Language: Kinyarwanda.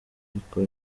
ariko